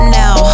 now